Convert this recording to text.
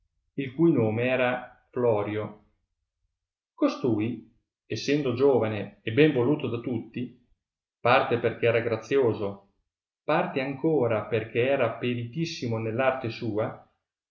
il cui nome era florio costui essendo giovane e ben voluto da tutti parte perchè era grazioso parte ancora perchè era peritissimo nell arte sua